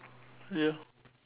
ya